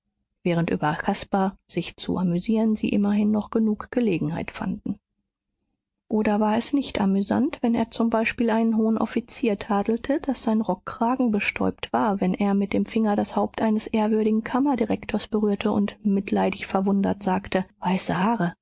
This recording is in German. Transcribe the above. während über caspar sich zu amüsieren sie immerhin noch genug gelegenheit fanden oder war es nicht amüsant wenn er zum beispiel einen hohen offizier tadelte daß sein rockkragen bestäubt war wenn er mit dem finger das haupt eines ehrwürdigen kammerdirektors berührte und mitleidig verwundert sagte